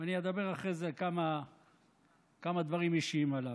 ואני אגיד אחרי זה כמה דברים אישיים עליו.